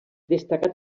destacar